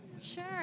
Sure